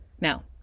Now